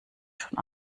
schon